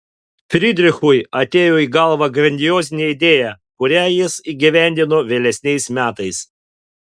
fridrichui atėjo į galvą grandiozinė idėja kurią jis įgyvendino vėlesniais metais